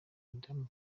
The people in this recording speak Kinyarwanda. madamu